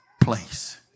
place